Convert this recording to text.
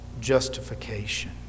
justification